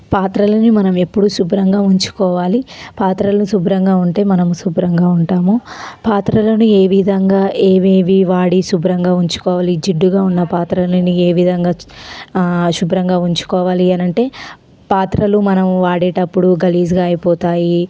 పాత్రలని మనమెప్పుడూ శుభ్రంగా ఉంచుకోవాలి పాత్రలు శుభ్రంగా ఉంటే మనం శుభ్రంగా ఉంటాం పాత్రలని ఏవిధంగా ఏవేవి వాడి శుభ్రంగా ఉంచుకోవాలి జిడ్డుగా ఉన్న పాత్రలని ఏవిధంగా శుభ్రంగా ఉంచుకోవాలి అనంటే పాత్రలు మనం వాడేటప్పుడు గలీజ్గా అయిపోతాయి